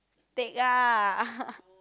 take ah